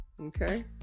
Okay